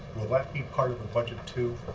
will that be part of the budget, too?